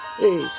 hey